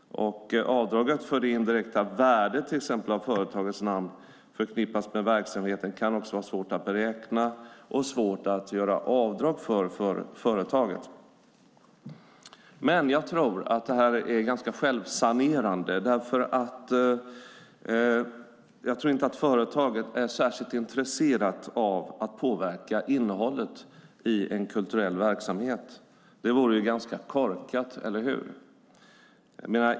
Det indirekta värdet till exempel av att företagets namn förknippas med verksamheten kan också vara svårt att beräkna, och det kan vara svårt för företaget att göra avdrag för det. Jag tror att det här är ganska självsanerande, för företaget är nog inte särskilt intresserat av att påverka innehållet i en kulturell verksamhet. Det vore ganska korkat - eller hur?